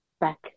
back